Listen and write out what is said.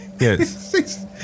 Yes